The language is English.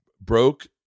broke